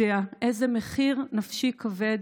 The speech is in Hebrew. יודע איזה מחיר נפשי כבד